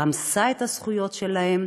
רמסה את הזכויות שלהם